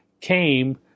came